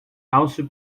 also